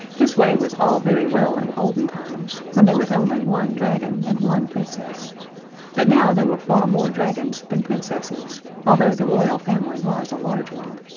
this way was all very well in olden times when there was only one dragon and one princess but now there were far more dragons than princesses although the royal family was a large one.